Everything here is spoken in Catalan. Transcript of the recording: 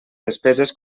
despeses